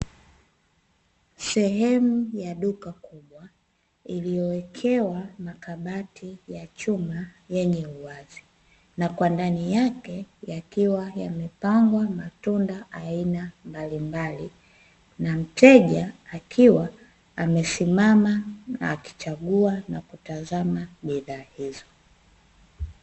Sehemu ya duka kubwa iliyowekewa makabati ya chuma yenye uwazi, na kwa ndani yake yakiwa yamepangwa matunda aina mbalimbali, na mteja akiwa amesimama akichagua na kutazama bidhaa hizo.